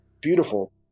beautiful